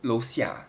楼下